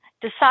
decide